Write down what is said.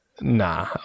Nah